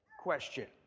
question